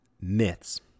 myths